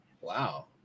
Wow